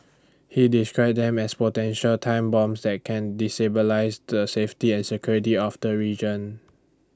he described them as potential time bombs that can destabilise the safety and security of the region